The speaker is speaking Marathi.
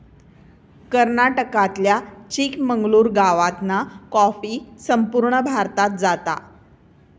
कर्नाटकातल्या चिकमंगलूर गावातना कॉफी संपूर्ण भारतात जाता